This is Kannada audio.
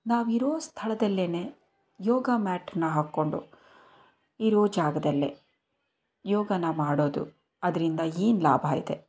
ನಾವಿರೋ ಸ್ಥಳದಲ್ಲೇನೆ ಯೋಗ ಮ್ಯಾಟ್ನ ಹಾಕ್ಕೊಂಡು ಇರೋ ಜಾಗದಲ್ಲೆ ಯೋಗನ ಮಾಡೋದು ಅದರಿಂದ ಏನು ಲಾಭ ಇದೆ